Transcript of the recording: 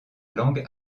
langue